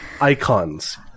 icons